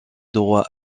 droit